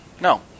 No